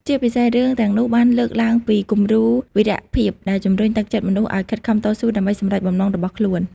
ជាពិសេស រឿងទាំងនោះបានលើកឡើងពីគំរូវីរៈភាពដែលជំរុញទឹកចិត្តមនុស្សឲ្យខិតខំតស៊ូដើម្បីសម្រេចបំណងរបស់ខ្លួន។